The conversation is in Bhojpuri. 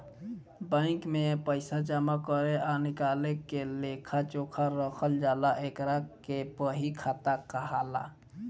बैंक में पइसा जामा करे आ निकाले के लेखा जोखा रखल जाला एकरा के बही खाता कहाला